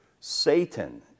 Satan